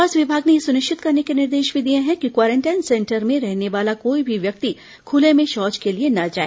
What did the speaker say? स्वास्थ्य विमाग ने यह सुनिश्चित करने के निर्देश भी दिए हैं कि क्वारेंटाइन सेंटर में रहने वाला कोई भी व्यक्ति खुले में शौच के लिए न जाए